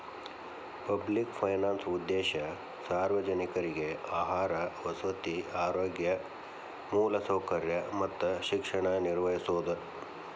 public finance ಉದ್ದೇಶ ಸಾರ್ವಜನಿಕ್ರಿಗೆ ಆಹಾರ ವಸತಿ ಆರೋಗ್ಯ ಮೂಲಸೌಕರ್ಯ ಮತ್ತ ಶಿಕ್ಷಣ ನಿರ್ವಹಿಸೋದ